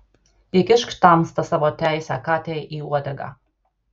įkišk tamsta savo teisę katei į uodegą